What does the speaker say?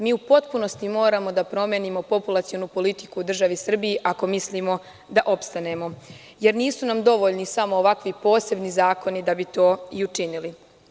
Mi u potpunosti moramo da promenimo populacionu politiku u državi Srbiji ako mislimo da opstanemo jer nisu nam dovoljni samo ovakvi posebni zakoni da bi to i učinili.